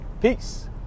Peace